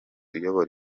uyobora